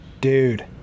Dude